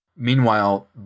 Meanwhile